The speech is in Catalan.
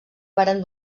varen